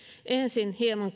ensin hieman